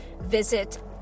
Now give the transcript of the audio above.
Visit